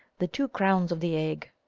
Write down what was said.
the two crowns of the egg.